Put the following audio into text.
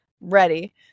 ready